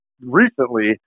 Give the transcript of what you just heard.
recently